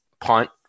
punt